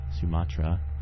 Sumatra